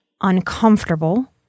uncomfortable